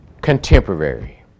contemporary